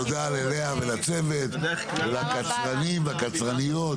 תודה רבה לכל הצוות ולקצרנים ולקצרניות.